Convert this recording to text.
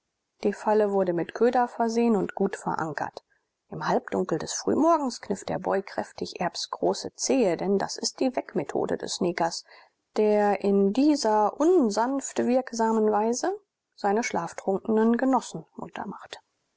die falle wurde mit köder versehen und gut verankert im halbdunkel des frühmorgens kniff der boy kräftig erbs große zehe denn das ist die weckmethode des negers der in dieser unsanft wirksamen weise seine schlaftrunkenen genossen munter macht